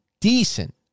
decent